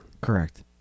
correct